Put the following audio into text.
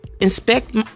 inspect